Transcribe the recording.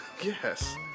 Yes